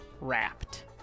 Wrapped